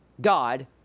God